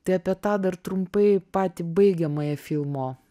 tai apie tą dar trumpai patį baigiamąjį filmo